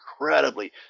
incredibly